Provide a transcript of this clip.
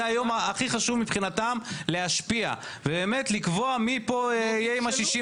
זה היום הכי חשוב מבחינתם להשפיע ובאמת לקבוע מי יהיה עם ה-61